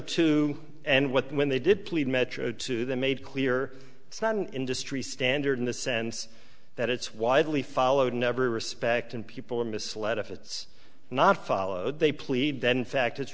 two and what when they did plead metro to the made clear it's not an industry standard in the sense that it's widely followed in every respect and people are misled if it's not followed they plead then fact